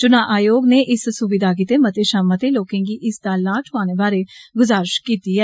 चुनां आयोग ने इस सुविधा गित्ते मते शा मते लोकें गी इसदा लाह् ठुआने बारे गुज़ारिश कीती ऐ